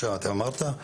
כמו שאתה אמרת,